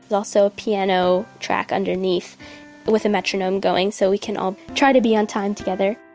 also piano track underneath with a metronome going. so we can all try to be on time together.